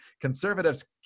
Conservatives